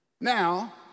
Now